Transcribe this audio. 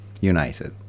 united